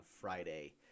Friday